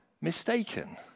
mistaken